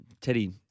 Teddy